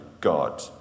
God